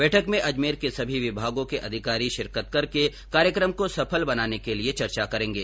बैठक में अजमेर के सभी विभागों के अधिकारी शिरकत करके कार्यक्रम को सफल बनाने के लिए चर्चा करेंगें